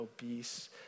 obese